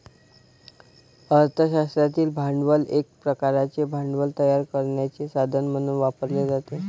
अर्थ शास्त्रातील भांडवल एक प्रकारचे भांडवल तयार करण्याचे साधन म्हणून वापरले जाते